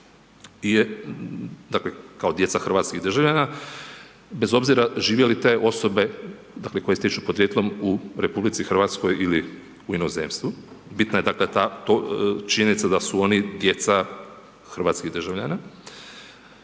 je, dakle kao djeca hrvatskih državljana bez obzira živjele te osobe, dakle koje stječu podrijetlom u RH ili u inozemstvu, bitna je dakle ta, činjenica da su oni djeca hrvatskih državljana,